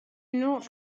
not